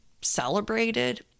celebrated